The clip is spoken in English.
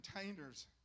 containers